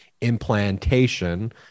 implantation